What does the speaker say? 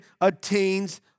attains